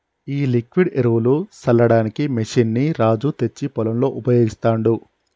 ఈ లిక్విడ్ ఎరువులు సల్లడానికి మెషిన్ ని రాజు తెచ్చి పొలంలో ఉపయోగిస్తాండు